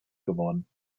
geworden